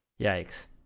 Yikes